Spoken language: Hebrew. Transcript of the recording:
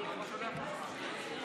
(קוראת בשמות חברי הכנסת)